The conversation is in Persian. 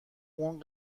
اون